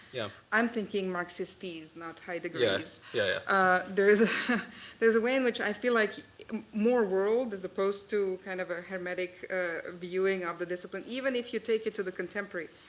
yeah i'm thinking marxistese, not heideggerese yeah ah there is there is a way in which i feel like more world as opposed to kind of a hermetic viewing of the discipline. even if you take it to the contemporary,